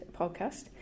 podcast